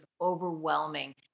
overwhelming